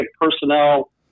personnel